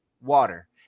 water